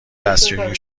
دستشویی